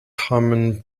carmen